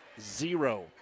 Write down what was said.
zero